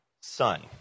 son